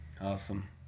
Awesome